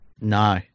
No